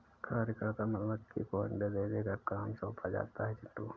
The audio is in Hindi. कार्यकर्ता मधुमक्खी को अंडे देने का काम सौंपा जाता है चिंटू